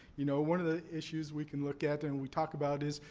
you know, one of the issues we can look at, and we talk about is,